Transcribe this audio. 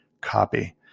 copy